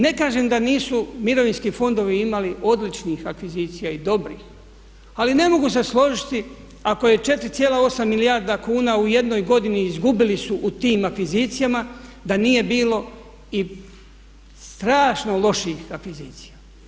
Ne kažem da nisu mirovinski fondovi imali odličnih akvizicija i dobrih ali ne mogu se složiti ako je 4,8 milijarda kuna u jednoj godini izgubili su u tim akvizicijama da nije bilo i strašno loših akvizicija.